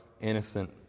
innocent